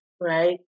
right